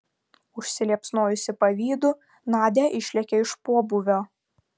užsiliepsnojusi pavydu nadia išlėkė iš pobūvio